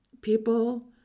people